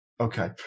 Okay